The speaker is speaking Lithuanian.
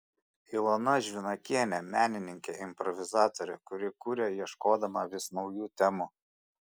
ilona žvinakienė menininkė improvizatorė kuri kuria ieškodama vis naujų temų